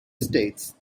states